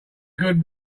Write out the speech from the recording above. good